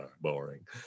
boring